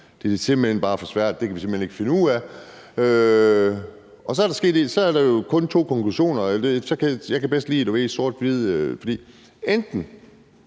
Det er simpelt hen bare for svært, det kan vi simpelt hen ikke finde ud af. Så er der jo kun to mulige konklusioner. Jeg kan bedst lide, at det er sort-hvidt.